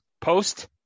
post